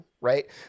right